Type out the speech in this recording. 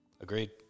Agreed